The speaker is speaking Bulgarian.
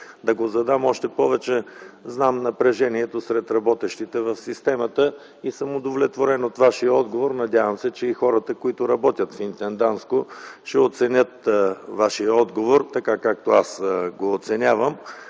да го задам, още повече знам напрежението сред работещите в системата. Удовлетворен съм от Вашия отговор. Надявам се, че и хората, които работят в „Интендантско обслужване” ще оценят Вашия отговор, така както аз го оценявам.